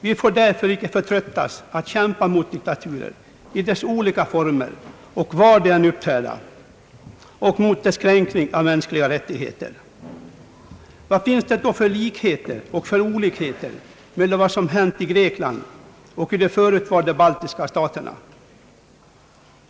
Vi får därför icke förtröttas i att kämpa mot diktaturer i dess olika former, var de än uppträder, och mot den kränkning av mänskliga rättigheter som förekommer i diktaturländerna. Vad finns det då för likheter och olikheter mellan vad som hänt i Grekland och vad som hänt i de förutvarande baltiska staterna?